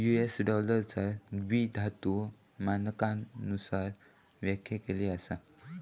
US डॉलरचा द्विधातु मानकांनुसार व्याख्या केली असा